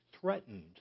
threatened